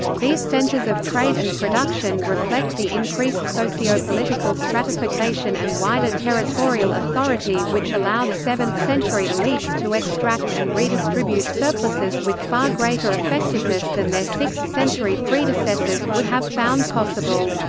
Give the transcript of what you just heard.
these centres of trade and production reflect the increased socio-political stratification and wider territorial authority which allowed seventh-century elites to extract and redistribute surpluses with far greater effectiveness than their sixth-century predecessors would have found possible.